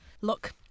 Look